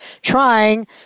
trying